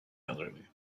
elderly